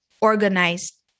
organized